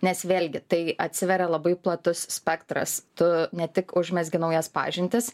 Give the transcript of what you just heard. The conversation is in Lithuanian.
nes vėlgi tai atsiveria labai platus spektras tu ne tik užmezgi naujas pažintis